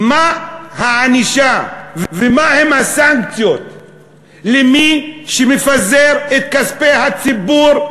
ומה הענישה ומה הן הסנקציות למי שמפזר את כספי הציבור,